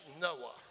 Noah